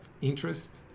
interest